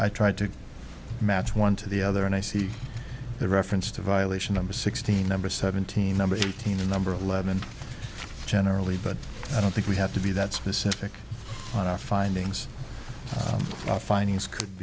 tried to match one to the other and i see the reference to violation of a sixteen number seventeen number eighteen a number of eleven generally but i don't think we have to be that specific on our findings our findings could